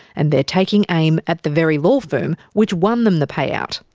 and they're taking aim at the very law firm which won them the payout.